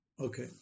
Okay